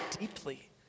deeply